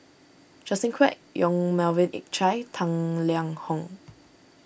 Justin Quek Yong Melvin Yik Chye Tang Liang Hong